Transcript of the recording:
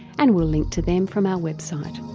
and we'll link to them from our website.